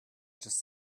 just